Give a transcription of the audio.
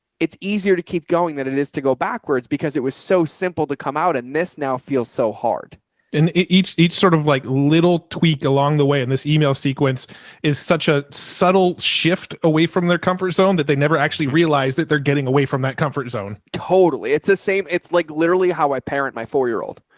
it's easier to keep going than it is to go backwards because it was so simple to come out. and this now feels so hard and each, each sort of like little tweak along the way, and this email sequence is such a subtle shift away from their comfort zone that they never actually realized that they're getting away from that comfort zone. totally. it's the same. it's like literally how i parent my four year old.